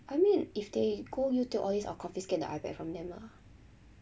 I mean if they go youtube all this I'll confiscate the ipad from them lah